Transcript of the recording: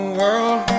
world